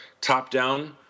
top-down